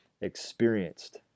experienced